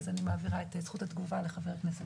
אני מעבירה את זכות התגובה לחבר הכנסת